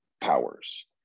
powers